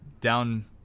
down